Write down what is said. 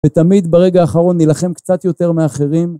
ותמיד ברגע האחרון נילחם קצת יותר מאחרים.